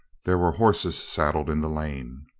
there were horses saddled in the lane.